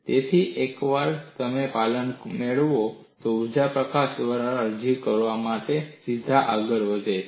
તેથી એકવાર તમે પાલન મેળવો ઊર્જા પ્રકાશન દર અરજી કરવા માટે સીધા આગળ છે